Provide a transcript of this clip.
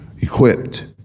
equipped